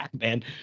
man